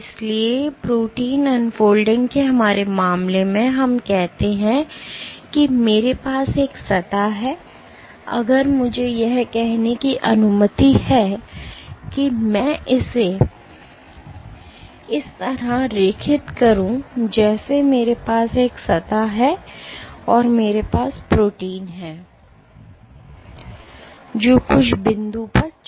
इसलिए protein unfolding के हमारे मामले में हम कहते हैं कि मेरे पास एक सतह है अगर मुझे यह कहने की अनुमति है कि मैं इसे इस तरह रेखित करूं जैसे मेरे पास एक सतह है और मेरे पास प्रोटीन है जो कुछ बिंदु पर जकड़े हुए है